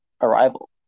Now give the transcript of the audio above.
Arrival